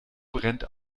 brennt